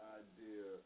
idea